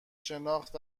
شناخت